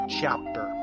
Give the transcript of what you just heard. Chapter